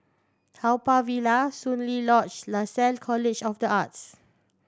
Haw Par Villa Soon Lee Lodge Lasalle College of The Arts